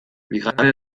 bigarren